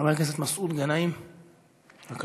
חבר הכנסת מסעוד גנאים, בבקשה,